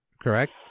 Correct